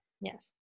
Yes